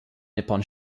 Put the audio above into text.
nippon